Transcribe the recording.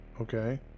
Okay